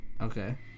Okay